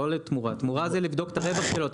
תמורה זה לבדוק את הרווח שלו,